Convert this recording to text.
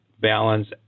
balance